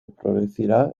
producirá